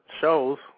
shows